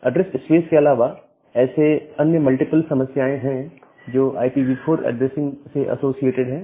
address space के अलावा ऐसे अन्य मल्टीपल समस्याएं हैं जो IPv4 ऐड्रेसिंग से एसोसिएटेड है